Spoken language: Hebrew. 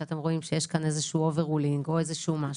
שאתם רואים שיש כאן איזשהו overruling או איזשהו משהו,